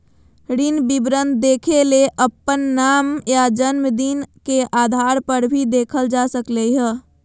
ऋण विवरण देखेले अपन नाम या जनम दिन के आधारपर भी देखल जा सकलय हें